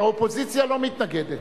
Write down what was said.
האופוזיציה לא מתנגדת.